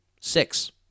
Six